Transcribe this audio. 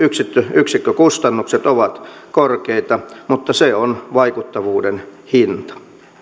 yksikkökustannukset ovat korkeita mutta se on vaikuttavuuden hinta